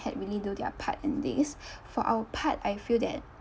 had really do their part in this for our part I feel that